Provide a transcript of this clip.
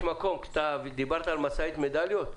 אתה דיברת על משאית מדליות,